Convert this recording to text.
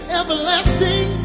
everlasting